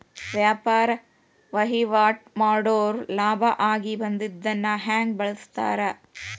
ವ್ಯಾಪಾರ್ ವಹಿವಾಟ್ ಮಾಡೋರ್ ಲಾಭ ಆಗಿ ಬಂದಿದ್ದನ್ನ ಹೆಂಗ್ ಬಳಸ್ತಾರ